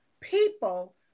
people